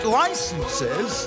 licenses